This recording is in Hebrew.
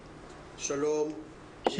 שלום,